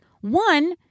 one